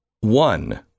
One